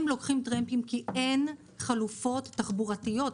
הם לוקחים טרמפים כי אין חלופות תחבורתיות.